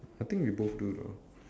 I think we both do though